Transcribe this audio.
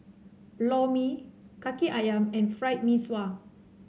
Lor Mee Kaki ayam and Fried Mee Sua